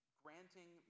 granting